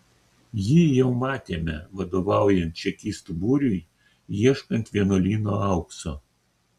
jį jau matėme vadovaujant čekistų būriui ieškant vienuolyno aukso